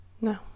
no